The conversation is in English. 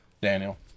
Daniel